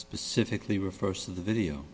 specifically refers to the video